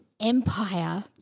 empire